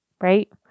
right